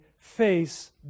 face